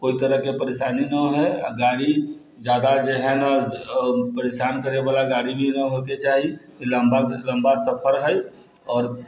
कोइ तरहकेँ परेशानी नहि हइ आ गाड़ी जादा जे हइ ने परेशान करै वाला भी नहि होएके चाही तऽ लम्बा लम्बा सफर हइ आओर